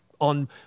on